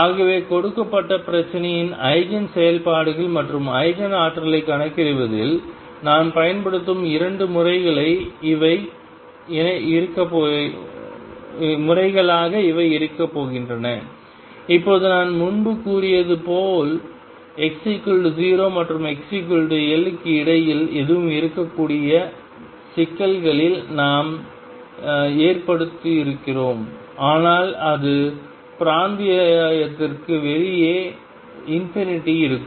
ஆகவே கொடுக்கப்பட்ட பிரச்சினையின் ஈஜென் செயல்பாடுகள் மற்றும் ஈஜென் ஆற்றல்களைக் கணக்கிடுவதில் நாம் பயன்படுத்தும் இரண்டு முறைகளாக இவை இருக்கப்போகின்றன இப்போது நான் முன்பு கூறியது போல் x0 மற்றும் xL க்கு இடையில் எதுவும் இருக்கக்கூடிய சிக்கல்களில் நாம் ஏற்படுத்துகிறோம் ஆனால் அது அந்த பிராந்தியத்திற்கு வெளியே இருக்கும்